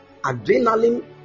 adrenaline